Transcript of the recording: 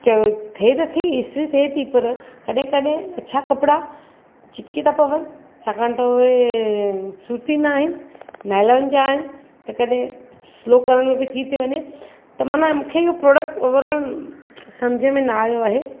चयो थिए त थी इस्त्री थिए त पर कॾहिं कॾहिं अछा कपिड़ा चिटिकी था पवनि छाकाणि त उहे सूती नाहिनि नायलॉन जा आहिनि त कॾहिं स्लो करणु में बि थी थी वञे त माना मूंखे इहो प्रॉडकट ओवरऑल समुझ में न आयो आहे